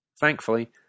Thankfully